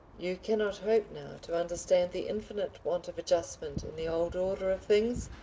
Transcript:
you cannot hope now to understand the infinite want of adjustment in the old order of things.